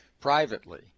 privately